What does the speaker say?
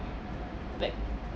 like